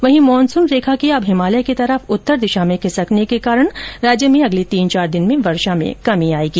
वहीं मानूसन रेखा के अब हिमालय की तरफ उत्तर दिशा में खिसकने के कारण राज्य में अगले तीन चार दिन में वर्षा में कमी आएगी